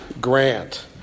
Grant